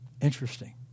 Interesting